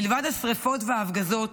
מלבד השרפות וההפגזות,